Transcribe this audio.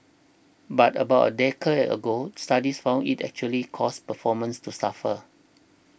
but about a decade ago studies found it actually caused performances to suffer